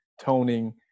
toning